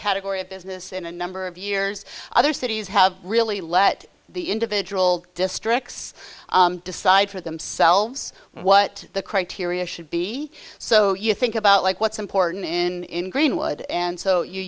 category of business in a number of years other cities have really let the individual districts decide for themselves what the criteria should be so you think about like what's important in greenwood and so you